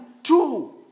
Two